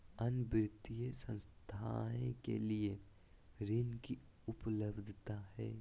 अन्य वित्तीय संस्थाएं के लिए ऋण की उपलब्धता है?